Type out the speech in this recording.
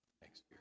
Thanks